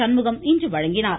சண்முகம் இன்று வழங்கினார்